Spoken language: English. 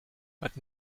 but